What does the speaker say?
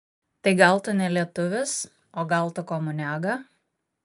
tai gal tu ne lietuvis o gal tu komuniaga